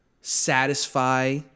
satisfy